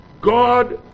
God